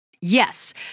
yes